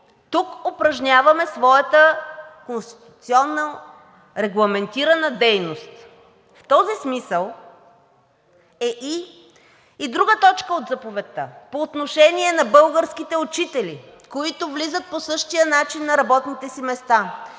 тук упражняваме своята конституционно регламентирана дейност. В този смисъл е и друга точка от заповедта – по отношение на българските учители, които влизат по същия начин на работните си места,